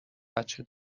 بچه